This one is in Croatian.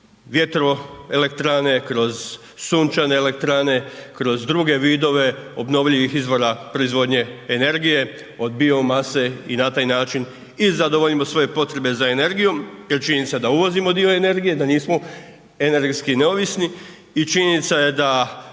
vjetroelektrane, kroz sunčane elektrane, kroz druge vidove obnovljivih izvora proizvodnje energije od biomase i na taj način i zadovoljimo svoje potrebe za energijom jer čini se da uvozimo dio energije, da nismo energetski neovisni. I činjenica je da